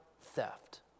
theft